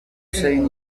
saying